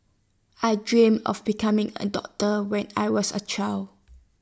I dreamt of becoming A doctor when I was A child